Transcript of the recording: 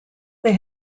they